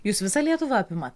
jūs visą lietuvą apimat